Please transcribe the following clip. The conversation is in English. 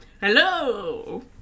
hello